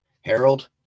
Harold